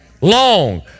long